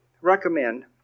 recommend